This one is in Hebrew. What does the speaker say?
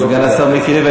סגן השר מיקי לוי,